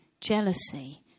jealousy